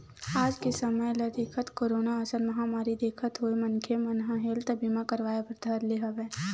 आज के समे ल देखत, कोरोना असन महामारी देखत होय मनखे मन ह हेल्थ बीमा करवाय बर धर ले हवय